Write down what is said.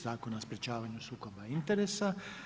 Zakona o sprječavanju sukoba interesa.